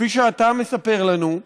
כפי שאתה מספר לנו,